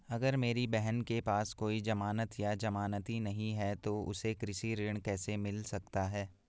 अगर मेरी बहन के पास कोई जमानत या जमानती नहीं है तो उसे कृषि ऋण कैसे मिल सकता है?